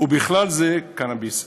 ובכלל זה קנאביס.